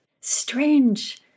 strange